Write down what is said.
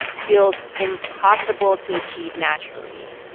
feels impossible to achieve naturally.